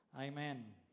amen